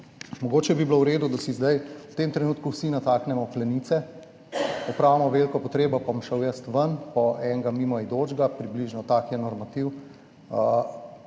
Mogoče bi bilo v redu, da si zdaj v tem trenutku vsi nataknemo plenice, opravimo veliko potrebo, pa bom šel jaz ven po enega mimoidočega, približno tak je normativ,